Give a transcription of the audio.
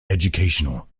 educational